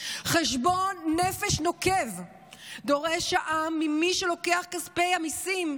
חשבון נפש נוקב דורש העם ממי שלוקח כספי המיסים,